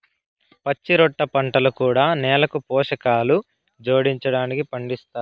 పచ్చిరొట్ట పంటలు కూడా నేలకు పోషకాలు జోడించడానికి పండిస్తారు